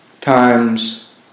times